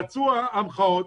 יצאו המחאות,